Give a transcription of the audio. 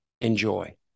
Enjoy